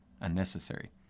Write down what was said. unnecessary